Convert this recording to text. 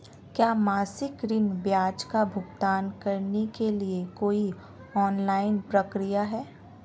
क्या मासिक ऋण ब्याज का भुगतान करने के लिए कोई ऑनलाइन प्रक्रिया है?